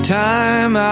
time